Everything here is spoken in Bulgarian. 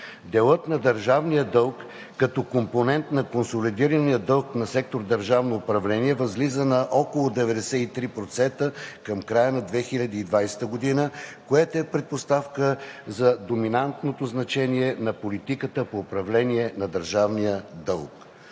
Делът на държавния дълг като компонент на консолидирания дълг на сектор „Държавно управление“ възлиза на около 93% към края на 2020 г., което е предпоставка за доминантното значение на политиката по управление на държавния дълг.